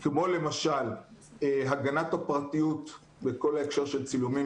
כמו למשל הגנת הפרטיות בכל ההקשר של צילומים